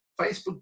Facebook